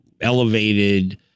elevated